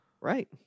Right